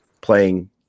playing